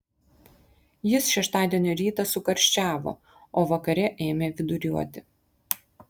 jis šeštadienio rytą sukarščiavo o vakare ėmė viduriuoti